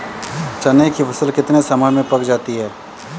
चने की फसल कितने समय में पक जाती है?